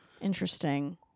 Interesting